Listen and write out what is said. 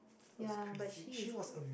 yeah but she is gold